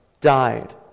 died